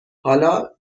حالا